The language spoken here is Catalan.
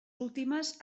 últimes